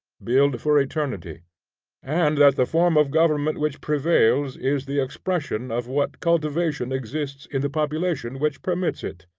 build for eternity and that the form of government which prevails is the expression of what cultivation exists in the population which permits it.